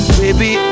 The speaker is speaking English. baby